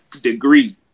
degree